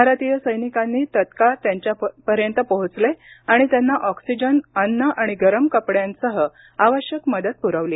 भारतीय सैनिक तत्काळ त्यांच्यापर्यंत पोहोचले आणि त्यांना ऑक्सीजन अन्न आणि गरम कपड्यांसह आवश्यक मदत पुरवली